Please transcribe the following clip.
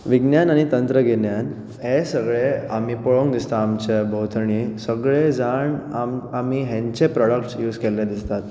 विज्ञान आनी तंत्रज्ञान हे सगळें आमी पळोवंक दिसता आमचें भोंवतणी सगळें जाण आम आमी हेंचें प्रॉडक्ट्स युवज केल्ले दिसतात